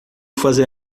fazer